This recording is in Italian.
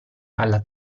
alla